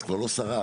את כבר לא שרה,